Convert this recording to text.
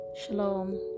Shalom